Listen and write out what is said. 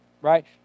right